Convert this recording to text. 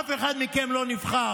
אף אחד מכם לא נבחר.